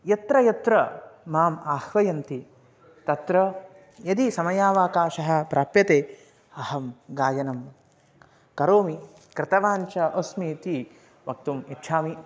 यत्र यत्र माम् आह्वयन्ति तत्र यदि समयावकाशः प्राप्यते अहं गायनं करोमि कृतवान् च अस्मि इति वक्तुम् इच्छामि